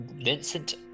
Vincent